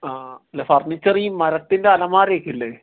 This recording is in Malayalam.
ആ അല്ല ഫർണിച്ചർ ഈ മരത്തിന്റെ അലമാര ഒക്കെ ഇല്ലേ